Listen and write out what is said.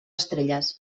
estrelles